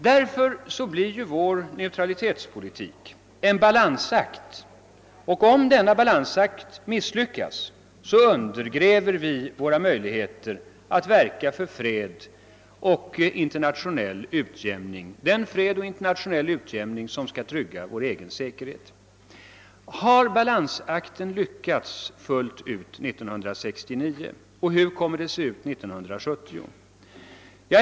Därför blir vår neutralitetspolitik en balansakt, och om denna balansakt misslyckas, undergräver vi våra möjligheter att verka för den fred och den internationella utjämning som skall trygga vår egen säkerhet. Har balansakten lyckats fullt ut 1969, och hur kommer den att lyckas under 1970?